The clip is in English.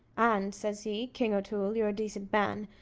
and, says he, king o'toole, you're a decent man,